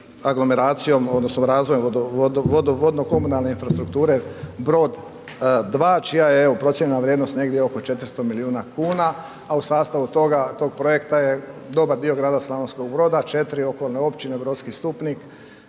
aglomeracijom odnosno razvojem vodno komunalne infrastrukture, brod, dva, čija je, evo, procjena vrijednosti negdje oko 400 milijuna kuna, a u sastavu toga, tog projekta je dobar dio grada Slavonskog Broda, 4 oko općine Brodski Stupnik,